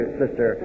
sister